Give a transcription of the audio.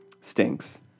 stinks